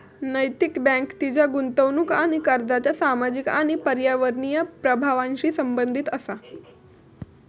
नैतिक बँक तिच्या गुंतवणूक आणि कर्जाच्या सामाजिक आणि पर्यावरणीय प्रभावांशी संबंधित असा